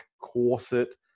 corset